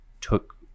took